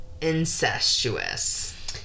incestuous